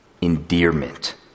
endearment